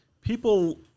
people